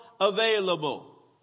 available